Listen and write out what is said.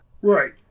right